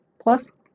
plus